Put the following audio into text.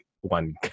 one